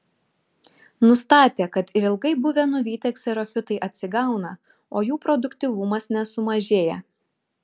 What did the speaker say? nustatė kad ir ilgai buvę nuvytę kserofitai atsigauna o jų produktyvumas nesumažėja